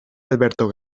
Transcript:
alberto